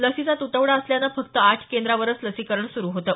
लसीचा तुटवडा असल्यानं फक्त आठ केंद्रांवरच लसीकरण सुरू होतं